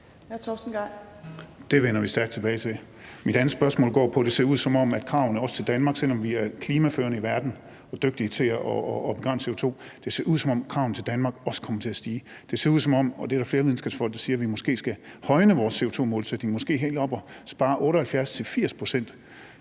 Det vender vi stærkt tilbage til. Mit andet spørgsmål går på noget andet. Det ser ud til, at også kravene til Danmark, selv om vi er klimaførende i verden og dygtige til at begrænse CO2, også kommer til at skærpes. Der er flere videnskabsfolk, der siger, at vi måske skal højne vores CO2 målsætning og måske helt op at reducere vores